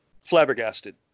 flabbergasted